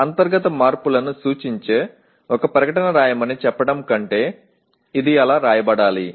అంతర్గత మార్పులను సూచించే ఒక ప్రకటన రాయమని చెప్పడం కంటే ఇది అలా వ్రాయబడాలి